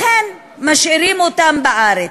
לכן משאירים אותם בארץ.